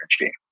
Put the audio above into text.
energy